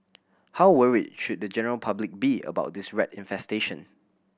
how worried should the general public be about this rat infestation